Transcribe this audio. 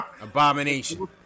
Abomination